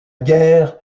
guerre